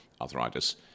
arthritis